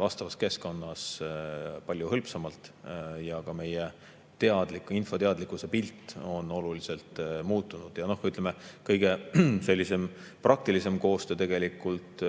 vastavas keskkonnas palju hõlpsamalt ja ka meie infoteadlikkuse pilt on oluliselt muutunud. Ja ütleme, kõige praktilisem koostöö tegelikult